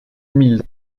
mille